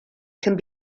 can